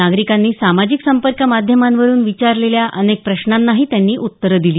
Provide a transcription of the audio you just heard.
नागरिकांनी सामाजिक संपर्क माध्यमांवरून विचारलेल्या अनेक प्रश्नांनाही त्यांनी उत्तरं दिली